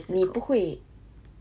你不会